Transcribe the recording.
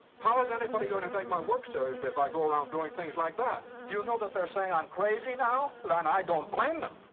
how is anybody going to take my work seriously if i go around doing things like that? do you know that they're saying i'm crazy now? and i don't blame them!